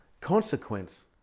Consequence